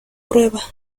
prueba